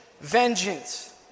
vengeance